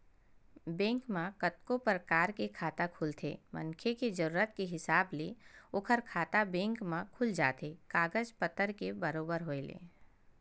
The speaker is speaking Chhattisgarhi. बेंक म कतको परकार के खाता खुलथे मनखे के जरुरत के हिसाब ले ओखर खाता बेंक म खुल जाथे कागज पतर के बरोबर होय ले